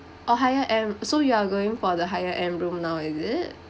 orh higher end so you are going for the higher end room now is it